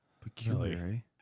Peculiar